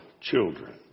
children